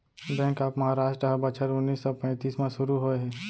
bank of Maharashtra ह बछर उन्नीस सौ पैतीस म सुरू होए हे